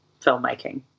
filmmaking